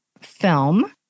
film